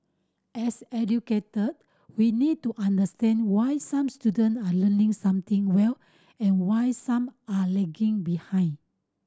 as educator we need to understand why some student are learning something well and why some are lagging behind